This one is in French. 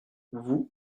vous